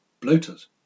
bloaters